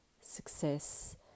success